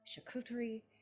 charcuterie